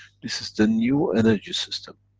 this is the new energy system,